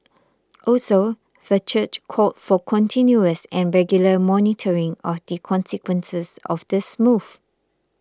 also the church called for continuous and regular monitoring of the consequences of this move